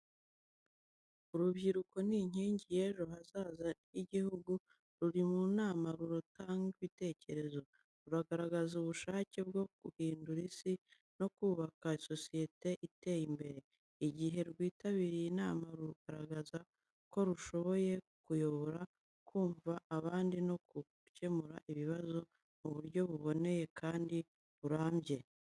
Urubyiruko ni inkingi y’ejo hazaza h'igihugu, ruri munama rutanga ibitekerezo. Ruragaragaza ubushake bwo guhindura Isi no kubaka sosiyete iteye imbere. Igihe rwitabiriye inama, rugaragaza ko rushoboye kuyobora, kumva abandi no gukemura ibibazo mu buryo buboneye kandi burambye.